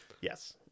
Yes